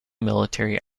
military